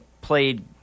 played